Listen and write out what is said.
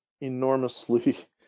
enormously